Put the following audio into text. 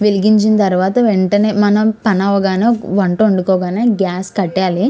వెలిగించిన తరువాత వెంటనే మనం పని అవ్వగానే వంట వండుకోగానే గ్యాస్ కట్టేయాలి